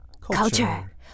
Culture